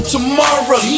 tomorrow